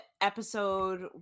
episode